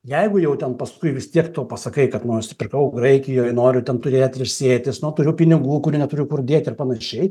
jeigu jau ten paskui vis tiek tu pasakai kad nusipirkau graikijoj noriu ten turėti ilsėtis na turiu pinigų kurių neturiu kur dėti ir panašiai